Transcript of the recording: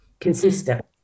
Consistent